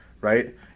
right